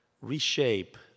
reshape